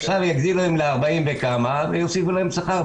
עכשיו יגדילו להם ל-40 וכמה ויוסיפו להן שכר.